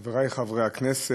תודה רבה, חברי חברי הכנסת,